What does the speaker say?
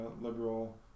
liberal